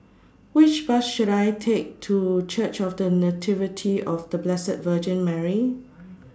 Which Bus should I Take to Church of The Nativity of The Blessed Virgin Mary